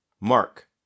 Mark